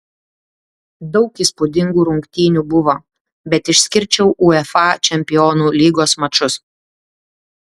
daug įspūdingų rungtynių buvo bet išskirčiau uefa čempionų lygos mačus